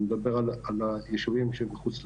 אני מדבר על הישובים שהם מחוץ לרהט.